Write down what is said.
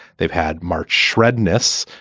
they've had mark shrewdness,